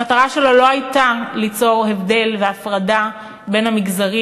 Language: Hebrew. המטרה שלו לא הייתה ליצור הבדל והפרדה בין המגזרים,